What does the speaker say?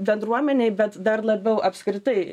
bendruomenei bet dar labiau apskritai